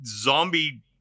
zombie